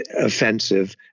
offensive